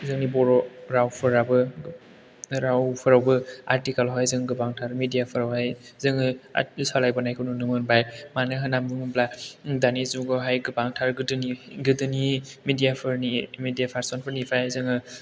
जोंनि बर' रावफोराबो रावफोरावबो आथिखालावहाय जों गोबांथार मिदियाफोरावहाय जोङो खालामबोनायखौ नुनो मोनबाय मानो होननानै बुङोब्ला दानि जुगावहाय गोबांथार गोदोनि मिदियाफोरनि मिदिया पारसनफोरनिफाय जोङो